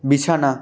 বিছানা